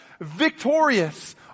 victorious